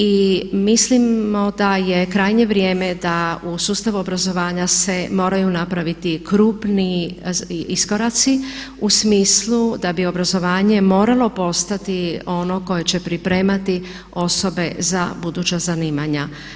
I mislimo da je krajnje vrijeme da u sustavu obrazovanja se moraju napraviti krupniji iskoraci u smislu da bi obrazovanje moralo postati ono koje će pripremati osobe za buduća zanimanja.